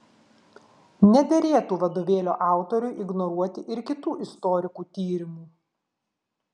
nederėtų vadovėlio autoriui ignoruoti ir kitų istorikų tyrimų